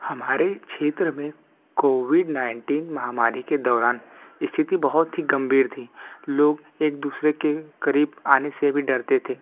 हमारी क्षेत्र में कोविड नाइनटीन महामारी के दौरान स्तिथि बहुत ही गंभीर थी लोग एक दूसरे के करीब आने से भी डरते थे